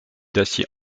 d’acier